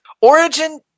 Origin